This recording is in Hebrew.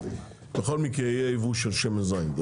בכל מקרה יהיה ייבוא של שמן זית.